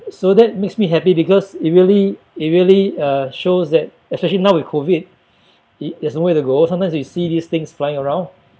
so that makes me happy because it really it really uh shows that especially now with COVID it there's nowhere to go sometimes you see these things flying around